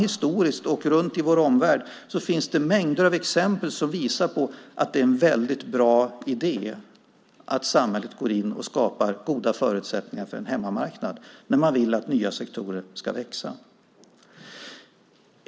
Historiskt och runt om i vår omvärld finns det mängder av exempel på att det är en bra idé att samhället går in och skapar goda förutsättningar för en hemmamarknad när man vill att nya sektorer ska växa.